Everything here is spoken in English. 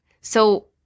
So-